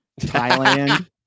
Thailand